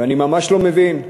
ואני ממש לא מבין,